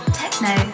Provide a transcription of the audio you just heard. techno